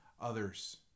others